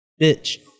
Bitch